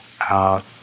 out